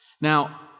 Now